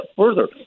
further